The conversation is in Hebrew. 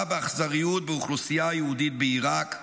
באכזריות באוכלוסייה היהודית בעיראק,